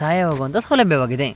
ಸಹಾಯವಾಗುವಂಥ ಸೌಲಭ್ಯವಾಗಿದೆ